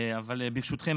ברשותכם,